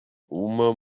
uma